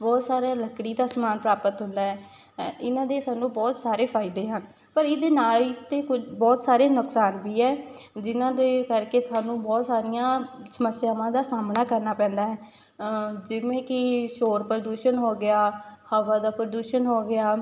ਬਹੁਤ ਸਾਰਾ ਲੱਕੜੀ ਦਾ ਸਮਾਨ ਪ੍ਰਾਪਤ ਹੁੰਦਾ ਹੈ ਇਹਨਾਂ ਦੇ ਸਾਨੂੰ ਬਹੁਤ ਸਾਰੇ ਫਾਇਦੇ ਹਨ ਪਰ ਇਹਦੇ ਨਾਲ ਹੀ ਅਤੇ ਕੁਝ ਬਹੁਤ ਸਾਰੇ ਨੁਕਸਾਨ ਵੀ ਹੈ ਜਿਨ੍ਹਾਂ ਦੇ ਕਰਕੇ ਸਾਨੂੰ ਬਹੁਤ ਸਾਰੀਆਂ ਸਮੱਸਿਆਵਾਂ ਦਾ ਸਾਹਮਣਾ ਕਰਨਾ ਪੈਂਦਾ ਹੈ ਜਿਵੇਂ ਕਿ ਸ਼ੌਰ ਪ੍ਰਦੂਸ਼ਣ ਹੋ ਗਿਆ ਹਵਾ ਦਾ ਪ੍ਰਦੂਸ਼ਣ ਹੋ ਗਿਆ